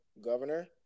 governor